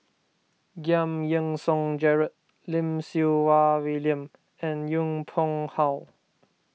Giam Yean Song Gerald Lim Siew Wai William and Yong Pung How